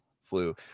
flu